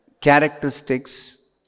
characteristics